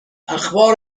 اخبار